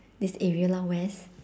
this area lor west